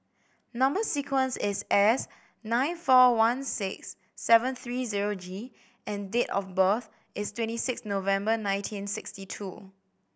number sequence is S nine four one six seven three zero G and date of birth is twenty six November nineteen sixty two